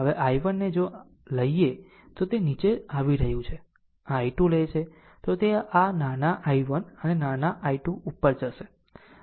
આમ આ I1 ને જો લઈએ તો તે નીચે આવી રહ્યું છે અને આ I2 લે છે તો તે આ નાના I1 અને નાના I2 ઉપર જશે